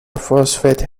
phosphate